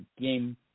game